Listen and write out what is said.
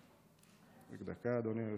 רק דקה, אדוני היושב-ראש,